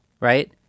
right